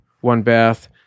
one-bath